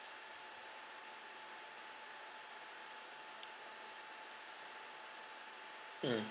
mm